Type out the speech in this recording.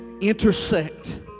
intersect